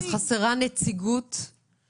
אז חסרה נציגות של הורים?